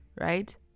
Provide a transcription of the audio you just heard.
right